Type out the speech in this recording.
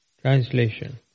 Translation